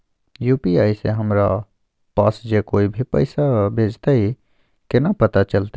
UPI से हमरा पास जे कोय भी पैसा भेजतय केना पता चलते?